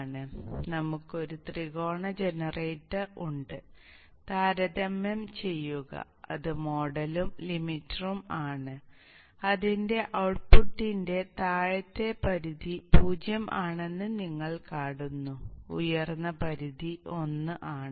അതിനാൽ നമുക്ക് ഒരു ത്രികോണ ജനറേറ്റർ ഉണ്ട് താരതമ്യം ചെയ്യുക അത് മോഡലും ലിമിറ്ററും ആണ് അതിന്റെ ഔട്ട്പുട്ടിന്റെ താഴത്തെ പരിധി 0 ആണെന്ന് നിങ്ങൾ കാണുന്നു ഉയർന്ന പരിധി 1 ആണ്